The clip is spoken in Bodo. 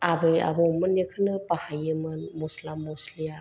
आबै आबौमोननिखोनो बाहायोमोन मस्ला मस्लिया